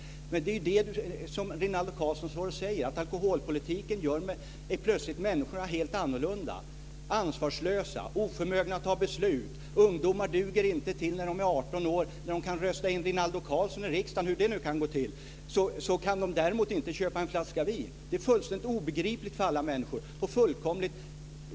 Det är vad Rinaldo Karlsson säger. Alkoholpolitiken gör plötsligt människorna helt annorlunda, ansvarslösa, oförmögna att fatta beslut, ungdomar duger inte till när de är 18 år och kan rösta Rinaldo Karlsson in i riksdagen - hur det nu kan gå till - att köpa en flaska vin. Det är fullständigt obegripligt för alla människor.